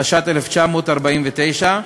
התש"ט 1949,